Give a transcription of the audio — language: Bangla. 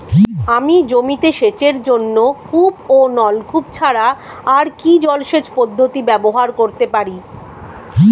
আমি জমিতে সেচের জন্য কূপ ও নলকূপ ছাড়া আর কি জলসেচ পদ্ধতি ব্যবহার করতে পারি?